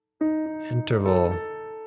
interval